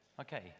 Okay